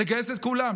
לגייס את כולם.